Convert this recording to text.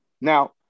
Now